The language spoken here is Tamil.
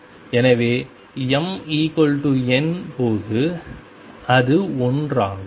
எனவேmn போது அது 1 ஆகும்